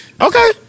Okay